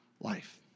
life